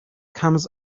comes